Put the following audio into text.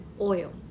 oil